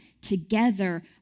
together